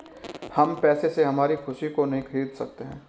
हम पैसे से हमारी खुशी को नहीं खरीदा सकते है